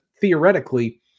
theoretically